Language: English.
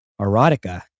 erotica